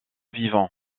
vivant